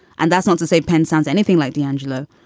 and that's not to say pen sounds anything like d'angelo,